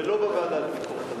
ולא בוועדה לביקורת המדינה.